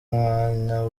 umwanya